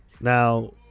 Now